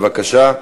בבקשה.